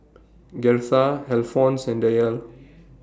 Gertha Alphonse and Dayle